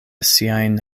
siajn